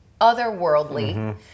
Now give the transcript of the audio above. otherworldly